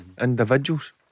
individuals